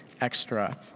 extra